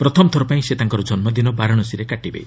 ପ୍ରଥମ ଥରପାଇଁ ସେ ତାଙ୍କର ଜନ୍ମଦିନ ବାରାଣସୀରେ କରିବେ